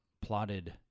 plotted